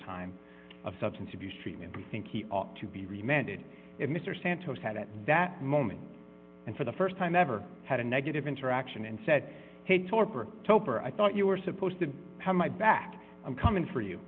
time of substance abuse treatment we think he ought to be remanded if mr santos had at that moment and for the st time ever had a negative interaction and said hey torpor toper i thought you were supposed to have my back i'm coming for you